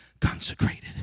consecrated